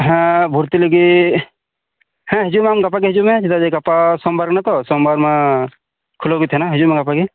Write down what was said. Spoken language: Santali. ᱦᱮᱸ ᱵᱷᱚᱨᱛᱤ ᱞᱟᱹᱜᱤᱫ ᱦᱮᱸ ᱦᱤᱡᱩᱜ ᱢᱮ ᱟᱢ ᱜᱟᱯᱟ ᱜᱮ ᱦᱤᱡᱩᱜ ᱢᱮ ᱪᱮᱫᱟᱜ ᱡᱮ ᱜᱟᱯᱟ ᱥᱳᱢᱵᱟᱨ ᱠᱟᱱᱟ ᱛᱳ ᱥᱳᱢᱵᱟᱨ ᱢᱟ ᱠᱷᱩᱞᱟᱹᱣ ᱜᱮ ᱛᱟᱸᱦᱮᱱᱟ ᱦᱤᱡᱩᱜ ᱢᱮ ᱜᱟᱯᱟ ᱜᱮ